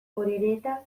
orereta